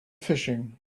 fishing